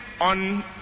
on